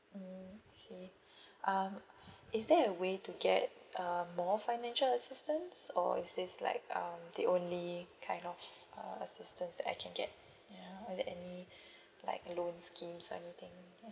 mm I see um is there a way to get um more financial assistance or is this like um the only kind of uh assistance I can get ya are there any like a loans schemes or anything